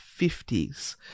50s